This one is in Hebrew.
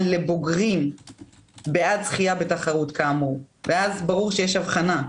לבוגרים בעד זכייה בתחרות כאמור ואז ברור שיש הבחנה.